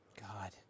God